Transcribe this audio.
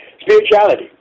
Spirituality